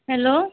hello